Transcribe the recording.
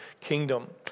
kingdom